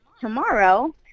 tomorrow